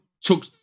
took